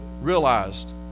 realized